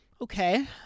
okay